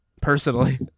personally